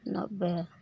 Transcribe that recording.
नब्बे